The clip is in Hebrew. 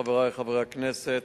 חברי חברי הכנסת,